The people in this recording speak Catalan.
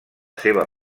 seva